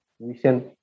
vision